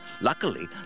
Luckily